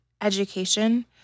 education